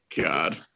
God